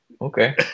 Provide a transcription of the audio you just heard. Okay